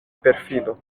perfido